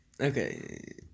Okay